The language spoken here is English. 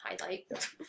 highlight